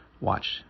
Watch